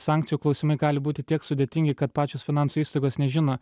sankcijų klausimai gali būti tiek sudėtingi kad pačios finansų įstaigos nežino